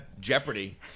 Jeopardy